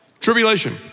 Tribulation